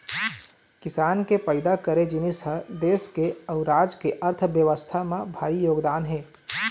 किसान के पइदा करे जिनिस ह देस के अउ राज के अर्थबेवस्था म भारी योगदान हे